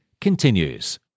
continues